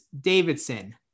Davidson